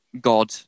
god